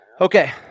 Okay